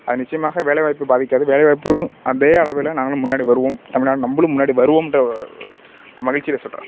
அது நிச்சயமாக வேலைவாய்ப்பை பாதிக்காது வேலைவாய்ப்பும் அதே அளவில் நாங்களும் முன்னாடி வருவோம் தமிழ்நாடு நம்மளும் முன்னாடி வருவோம்ன்ற மகிழ்ச்சியில சொல்கிறேன்